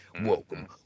Welcome